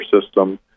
system